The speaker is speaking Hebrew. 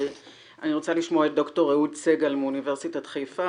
אני רוצה לשמוע את דוקטור אהוד סגל מאוניברסיטת חיפה